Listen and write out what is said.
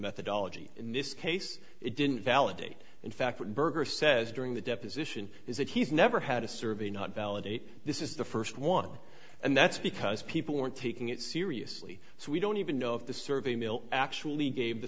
methodology in this case it didn't validate in fact what berger says during the deposition is that he's never had a survey not validate this is the first one and that's because people weren't taking it seriously so we don't even know if the survey mill actually gave the